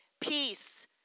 peace